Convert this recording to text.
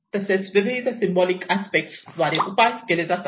तसेच विविध symbolic aspect द्वारे उपाय केले जातात